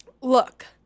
Look